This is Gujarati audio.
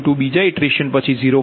V22 બીજા ઇટરેશન પછી 0